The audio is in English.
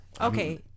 Okay